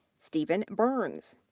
stephen burns,